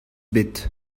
bet